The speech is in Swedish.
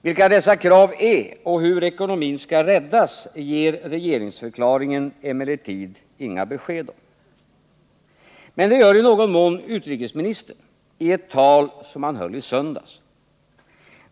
Vilka dessa krav är och hur ekonomin skall räddas ger regeringsförklaringen emellertid inga besked om. Men det gjorde i någon mån utrikesministern i ett tal som han höll i söndags.